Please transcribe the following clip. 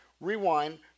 rewind